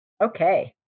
Okay